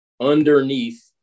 underneath